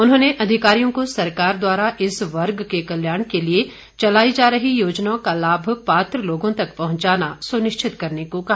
उन्होंने अधिकारियों को सरकार द्वारा इस वर्ग के कल्याण के लिए चलाई जा रही योजनाओं का लाभ पात्र लोगों तक पहुंचाना सुनिश्चित करने को कहा